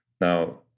Now